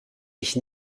ich